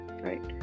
right